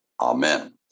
Amen